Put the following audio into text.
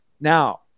Now